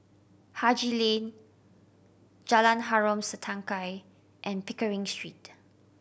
Haji Lane Jalan Harom Setangkai and Pickering Street